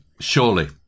Surely